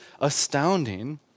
astounding